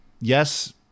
yes